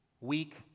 weak